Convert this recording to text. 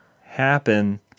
happen